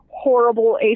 horrible